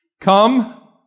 Come